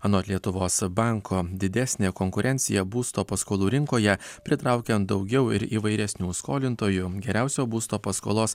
anot lietuvos banko didesnė konkurencija būsto paskolų rinkoje pritraukiant daugiau ir įvairesnių skolintojų geriausio būsto paskolos